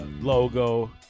logo